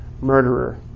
murderer